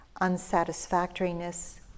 unsatisfactoriness